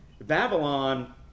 Babylon